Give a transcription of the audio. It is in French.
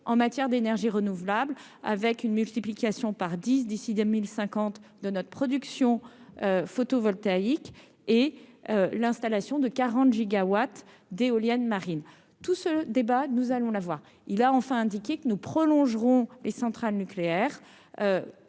en matière d'énergie renouvelable avec une multiplication par 10 d'ici 2050 de notre production photovoltaïque et l'installation de 40 gigawatts d'éoliennes marines tout ce débat, nous allons l'avoir il a enfin indiqué que nous prolongerons les centrales nucléaires,